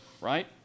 right